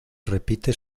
repite